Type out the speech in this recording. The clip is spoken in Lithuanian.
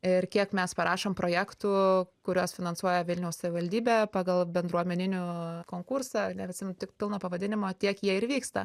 ir kiek mes parašom projektų kuriuos finansuoja vilniaus savivaldybė pagal bendruomeninių konkursą nebeatsimenu tik pilno pavadinimo tiek jie ir vyksta